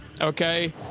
Okay